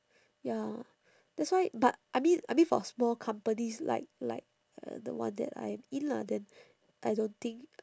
ya that's why but I mean I mean for small companies like like uh the one that I am in lah then I don't think